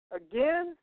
again